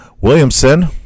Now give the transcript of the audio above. Williamson